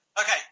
Okay